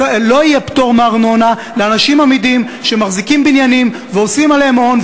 לא יהיה פטור מארנונה לאנשים אמידים שמחזיקים בניינים ועושים עליהם הון,